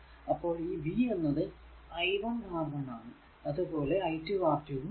അപ്പോൾ ഈ v എന്നത് i 1 R 1 ആണ് അതുപോലെ i 2 R2 ഉം ആണ്